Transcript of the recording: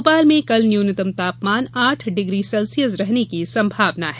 भोपाल में कल तापमान आठ डिग्री सेल्सियस रहने की संभावना है